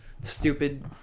Stupid